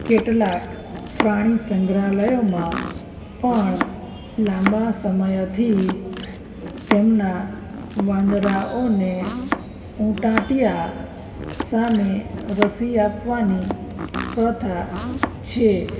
કેટલાક પ્રાણીસંગ્રહાલયોમાં પણ લાંબા સમયથી તેમના વાંદરાઓને ઉટાંટિયા સામે રસી આપવાની પ્રથા છે